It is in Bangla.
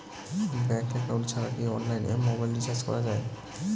ব্যাংক একাউন্ট ছাড়া কি অনলাইনে মোবাইল রিচার্জ করা যায়?